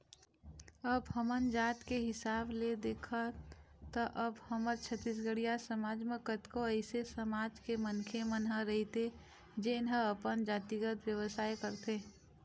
अब हमन जात के हिसाब ले देखन त अब हमर छत्तीसगढ़िया समाज म कतको अइसे समाज के मनखे मन ह रहिथे जेन ह अपन जातिगत बेवसाय करथे